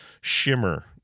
shimmer